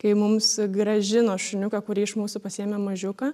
kai mums grąžino šuniuką kurį iš mūsų pasiėmė mažiuką